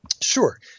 Sure